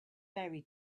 very